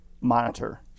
monitor